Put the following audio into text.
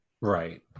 Right